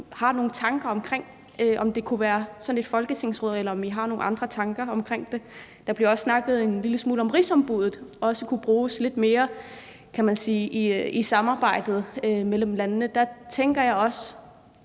har nogle tanker om, hvorvidt det kunne være sådan et folketingsråd, eller om I har nogle andre tanker omkring det. Der blev også snakket en lille smule om, om rigsombuddet kunne bruges lidt mere i samarbejdet mellem landene. Der tænker jeg også,